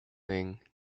thing